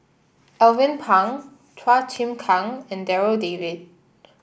Alvin Pang Chua Chim Kang and Darryl David